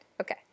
okay